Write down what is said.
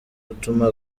gutuma